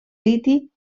liti